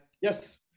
Yes